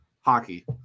hockey